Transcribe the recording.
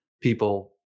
people